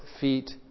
feet